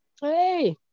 Hey